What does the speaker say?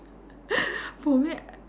for me